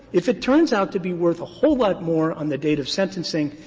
if it turns out to be worth a whole lot more on the date of sentencing,